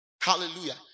Hallelujah